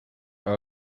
are